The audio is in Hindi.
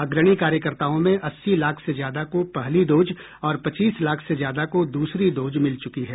अग्रणी कार्यकर्ताओं में अस्सी लाख से ज्यादा को पहली डोज और पच्चीस लाख से ज्यादा को दूसरी डोज मिल चुकी है